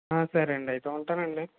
సరే అండి అయితే ఉంటానండి